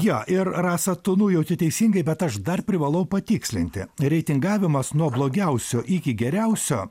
jo ir rasa tu nujauti teisingai bet aš dar privalau patikslinti reitingavimas nuo blogiausio iki geriausio